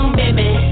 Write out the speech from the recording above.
baby